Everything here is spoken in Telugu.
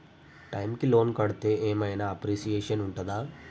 టైమ్ కి లోన్ కడ్తే ఏం ఐనా అప్రిషియేషన్ ఉంటదా?